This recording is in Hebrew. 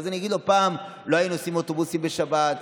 ואז אני אגיד לו: פעם לא היו נוסעים אוטובוסים בשבת.